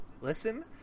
Listen